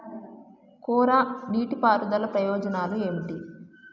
కోరా నీటి పారుదల ప్రయోజనాలు ఏమిటి?